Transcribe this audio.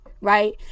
right